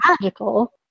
magical